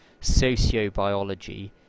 sociobiology